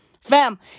Fam